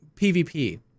PVP